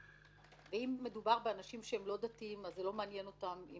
אם מדובר באנשים שהם לא דתיים אז זה לא מעניין אותם אם